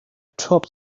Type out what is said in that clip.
top